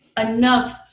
enough